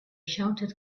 shouted